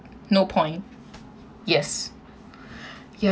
no point yes yup